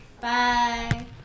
bye